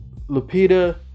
Lupita